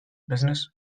business